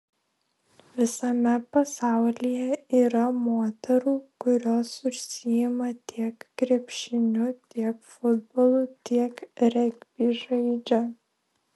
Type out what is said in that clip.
visame pasaulyje yra moterų kurios užsiima tiek krepšiniu tiek futbolu tiek regbį žaidžia